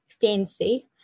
fancy